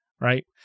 right